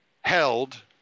held